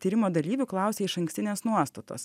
tyrimo dalyvių klausė išankstinės nuostatos